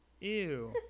Ew